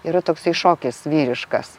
yra toksai šokis vyriškas